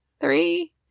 Three